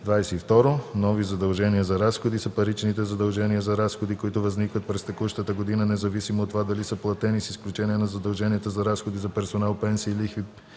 22. „Нови задължения за разходи” са паричните задължения за разходи, които възникват през текущата година, независимо от това дали са платени, с изключение на задълженията за разходи за персонал, пенсии, лихви